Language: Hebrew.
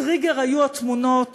הטריגר היה התמונות